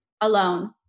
Alone